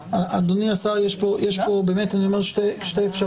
אדוני השר, יש פה, באמת אני אומר, שתי אפשרויות.